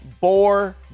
Boar